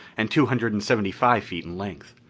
and two hundred and seventy-five feet in length.